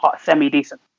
semi-decent